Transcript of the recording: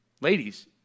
ladies